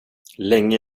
länge